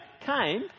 came